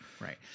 right